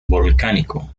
volcánico